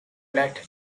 united